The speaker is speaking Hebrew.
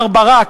מר ברק,